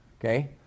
Okay